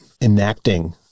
enacting